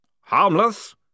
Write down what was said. Harmless